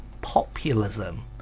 populism